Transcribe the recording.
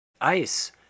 ice